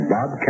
Bob